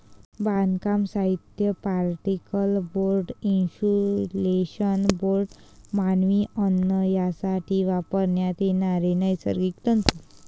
बांधकाम साहित्य, particle board, insulation board, मानवी अन्न यासाठी वापरण्यात येणारे नैसर्गिक तंतू